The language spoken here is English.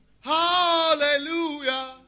Hallelujah